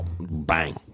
bang